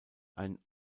ein